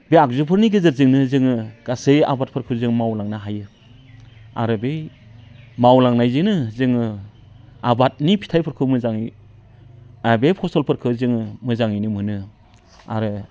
बे आगजुफोरनि गेजेरजोंनो जोङो गासै आबादफोरखौ जों मावलांनो हायो आरो बे मावलांनायजोनो जोङो आबादनि फिथायफोरखौ मोजाङै आरो बे फसलफोरखौ जोङो मोजाङैनो मोनो आरो